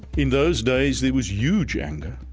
in those days, there was huge anger.